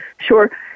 sure